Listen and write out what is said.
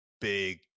big